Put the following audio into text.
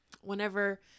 whenever